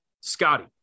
scotty